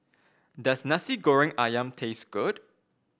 does Nasi Goreng ayam taste good